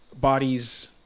bodies